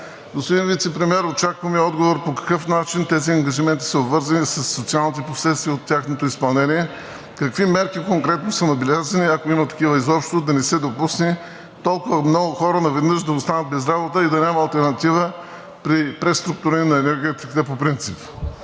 Господин Вицепремиер, очакваме отговор по какъв начин тези ангажименти са обвързани със социалните последствия от тяхното изпълнение, какви мерки конкретно са набелязани, ако има такива изобщо, да не се допусне толкова много хора наведнъж да останат без работа и да няма алтернатива при преструктуриране на енергията по принцип.